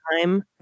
time